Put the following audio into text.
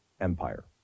empire